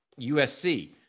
USC